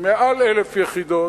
מעל 1,000 יחידות,